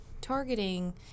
targeting